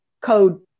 code